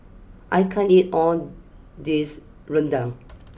I can't eat all this Rendang